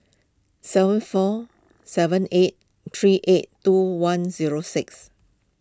seven four seven eight three eight two one zero six